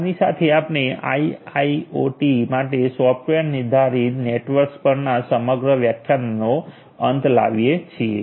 આની સાથે આપણે આઇઆઈઓટી માટે સોફ્ટવેર નિર્ધારિત નેટવર્ક્સ પરના સમગ્ર વ્યાખ્યાનનો અંત લાવીએ છીએ